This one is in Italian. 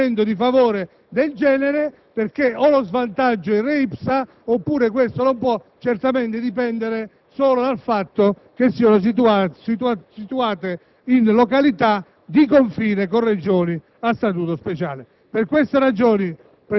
Non vi è alcun motivo per giustificare un «trattamento di favore» del genere perché, o lo svantaggio è *in re ipsa*, oppure questo non può certamente dipendere solo dal fatto che le zone siano situate in località di